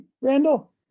Randall